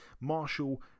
Marshall